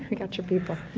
we've got your people.